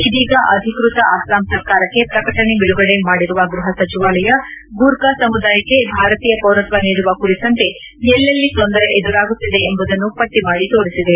ಇದೀಗ ಅಧಿಕೃತ ಅಸ್ಪಾಂ ಸರ್ಕಾರಕ್ಕೆ ಪ್ರಕಟಣೆ ಬಿಡುಗಡೆ ಮಾಡಿರುವ ಗ್ಬಹ ಸಚಿವಾಲಯ ಗೂರ್ಖಾ ಸಮುದಾಯಕ್ಕೆ ಭಾರತೀಯ ಪೌರತ್ನ ನೀಡುವ ಕುರಿತಂತೆ ಎಲ್ಲೆಲ್ಲಿ ತೊಂದರೆ ಎದುರಾಗುತ್ತಿದೆ ಎಂಬುದನ್ನು ಪಟ್ಟಿ ಮಾಡಿ ತೋರಿಸಿದೆ